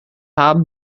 haben